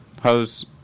How's